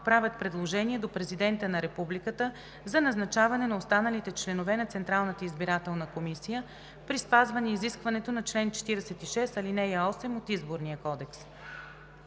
правят предложения до президента на Републиката за назначаване на останалите членове на Централната избирателна комисия при спазване изискването на чл. 46, ал. 8 от Изборния кодекс.